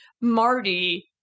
Marty